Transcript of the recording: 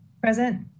Present